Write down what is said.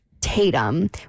Tatum